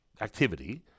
activity